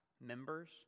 members